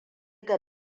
ga